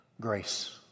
grace